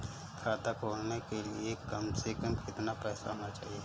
खाता खोलने के लिए कम से कम कितना पैसा होना चाहिए?